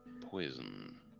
poison